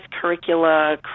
curricula